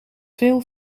veel